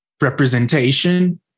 representation